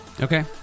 Okay